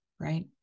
right